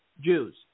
Jews